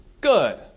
good